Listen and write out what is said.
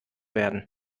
werden